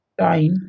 time